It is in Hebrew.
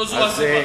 לא זו הסיבה.